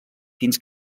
fins